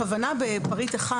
הכוונה בפריט (1)